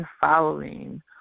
following